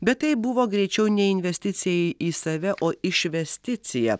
bet tai buvo greičiau ne investicijai į save o išvesticija